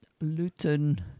Luton